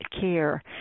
care